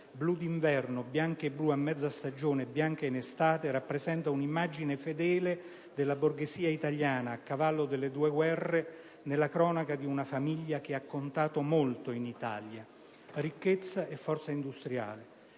(blu d'inverno, bianco e blu a mezza stagione, bianco in estate), rappresenta un'immagine fedele della borghesia italiana a cavallo tra le due guerre nella cronaca di una famiglia che ha contato molto in Italia: ricchezza e forza industriale;